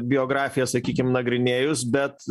biografiją sakykim nagrinėjus bet